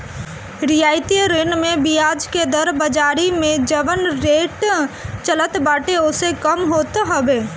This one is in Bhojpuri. रियायती ऋण में बियाज के दर बाजारी में जवन रेट चलत बाटे ओसे कम होत हवे